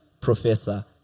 Professor